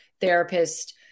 therapist